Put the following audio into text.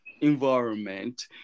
environment